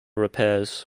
repairs